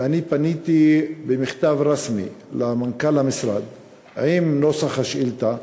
ואני פניתי במכתב רשמי למנכ"ל המשרד עם נוסח השאילתה,